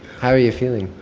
how are you feeling?